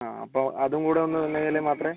ആ അപ്പം അതും കൂടി ഒന്ന് തന്ന് കഴിഞ്ഞാൽ മാത്രമേ